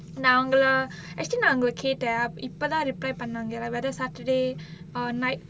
நாங்களா:naangalaa actually நா அங்க கேட்டேன் இப்பதான்:naa anga kettaan ippathaan reply பண்ணாங்க வர:pannaanga vara saturday err night